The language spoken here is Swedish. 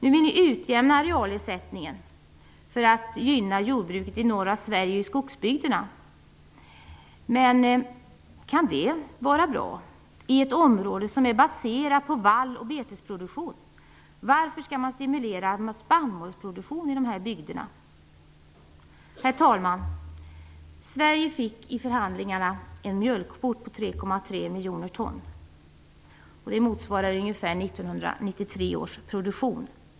Nu vill ni utjämna arealersättningen för att gynna jordbruket i norra Sverige och i skogsbygderna. Kan det vara bra i ett område som är baserat på vall och betesproduktion? Varför skall man stimulera spannmålsproduktion i dessa bygder? Herr talman! Sverige fick i förhandlingarna en mjölkkvot på 3,3 miljoner ton. Det motsvarar ungefär 1993 års produktion.